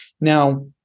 Now